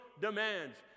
demands